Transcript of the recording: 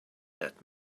that